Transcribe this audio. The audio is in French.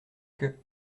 que